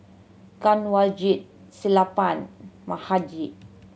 Kanwaljit Sellapan Mahade